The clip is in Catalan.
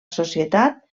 societat